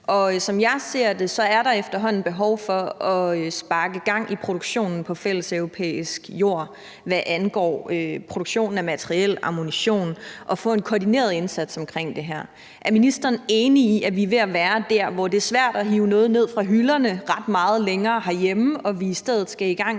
som jeg ser det, er der efterhånden behov for at sparke gang i produktionen på fælles europæisk jord, hvad angår produktion af materiel og ammunition, og få en koordineret indsats omkring det her. Er ministeren enig i, at vi er ved at være der, hvor det er svært at hive noget ned fra hylderne ret meget længere herhjemme, og at vi i stedet skal i gang